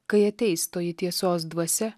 kai ateis toji tiesos dvasia